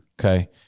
Okay